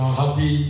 happy